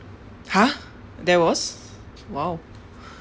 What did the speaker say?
!huh! there was !wow!